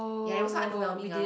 ya it was quite underwhelming ah